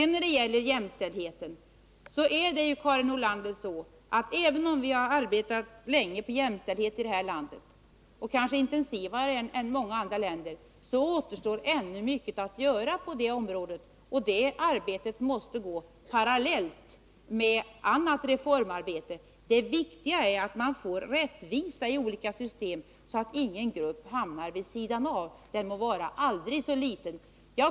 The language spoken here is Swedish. När det gäller jämställdheten, Karin Nordlander, förhåller det sig väl så, att även om vi här i landet har arbetat länge på den och kanske intensivare än i många andra länder, återstår ännu mycket att göra på det här området. Det arbetet måste gå parallellt med annat reformarbete. Det viktiga är att man får rättvisa i olika system, så att ingen grupp hamnar vid sidan av, den må vara aldrig så liten.